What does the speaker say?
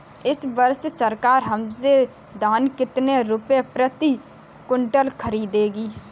इस वर्ष सरकार हमसे धान कितने रुपए प्रति क्विंटल खरीदेगी?